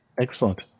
Excellent